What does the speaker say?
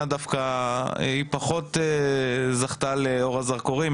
דווקא היא פחות זכתה לאור הזרקורים,